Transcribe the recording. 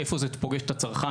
איפה זה פוגש את הצרכן?